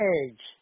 Edge